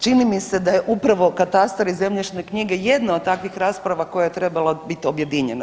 Čini mi se da je upravo katastar i zemljišne knjige jedna od takvih rasprava koja je trebala bit objedinjena.